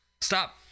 Stop